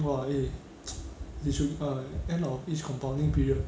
!wah! eh you should err end of each compounding period